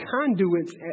conduits